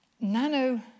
nano